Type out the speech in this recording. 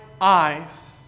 eyes